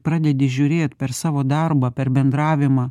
pradedi žiūrėt per savo darbą per bendravimą